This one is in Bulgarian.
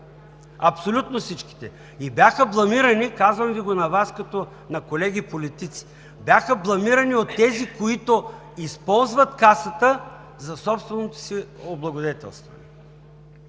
Абсолютно всичките! И бяха бламирани, казвам Ви го на Вас като на колеги политици, бяха бламирани от тези, които използват Касата за собственото си облагодетелстване.